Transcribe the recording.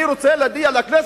אני רוצה להודיע לכנסת,